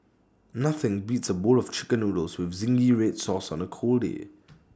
nothing beats A bowl of Chicken Noodles with Zingy Red Sauce on A cold day